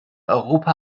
europa